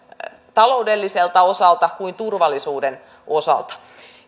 taloudelliselta osalta kuin turvallisuuden osalta